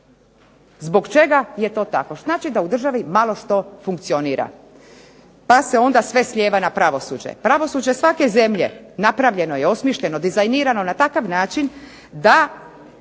Zbog čega je to tako? Znači da u državi malo što funkcionira, pa se onda sve slijeva na pravosuđe. Pravosuđe svake zemlje napravljeno je, osmišljeno, dizajnirano na takav način da